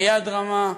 ביד רמה.